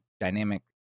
dynamic